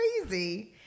crazy